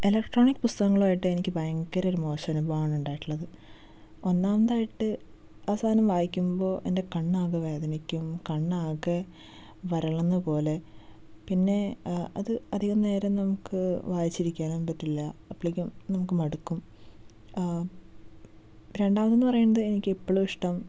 electronic പുസ്തകങ്ങളുവായിട്ട് എനിക്ക് ഭയങ്കര ഒരു മോശ അനുഭവമാണ് ഉണ്ടായിട്ടുള്ളത് ഒന്നാമതായിട്ട് ആ സാധനം വായിക്കുമ്പോൾ എൻ്റെ കണ്ണാകെ വേദനിക്കും കണ്ണാകെ വരളുന്ന പോലെ പിന്നേ അത് അധികം നേരം നമുക്ക് വായിച്ചിരിക്കാൻ പറ്റില്ല അപ്പോളേക്കും നമുക്ക് മടുക്കും രണ്ടാമതെന്ന് പറയുന്നത് എനിക്ക് എപ്പഴും ഇഷ്ടം